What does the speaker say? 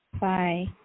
Bye